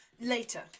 later